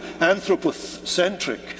anthropocentric